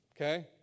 Okay